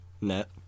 net